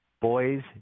boys